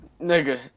Nigga